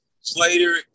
Slater